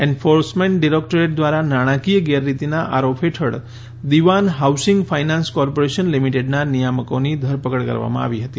enforcement directorate દ્વારા નાણાકીય ગેરરીતિના આરોપ હેઠળ દિવાન હાઉસિંગ ફાઇનાન્સ કોર્પોરેશન લિમિટેડના નિયામકોની ધરપકડ કરવામાં આવી હતી